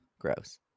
Gross